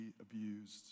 abused